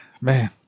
man